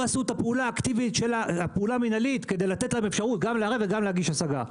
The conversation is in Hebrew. עשו את הפעולה המינהלית כדי לתת להם אפשרות גם לערער וגם להגיש השגה.